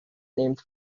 named